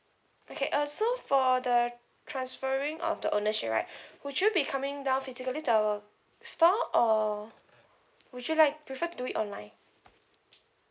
okay uh so for the transferring of the ownership right would you be coming down physically to our store or would you like prefer to do it online